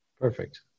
Perfect